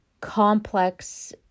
complex